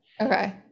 Okay